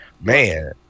man